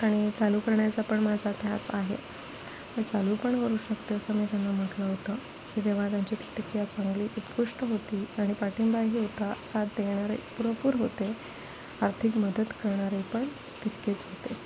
आणि चालू करण्याचा पण माझा ध्यास आहे मी चालू पण करू शकते असं मी त्यांना म्हटलं होतं की तेव्हा त्यांची प्रतिक्रिया चांगली उत्कृष्ट होती आणि पाठिंबाही होता साथ देणारे पुरेपूर होते आर्थिक मदत करणारे पण तितकेच होते